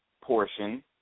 portion